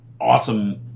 awesome